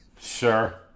Sure